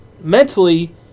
mentally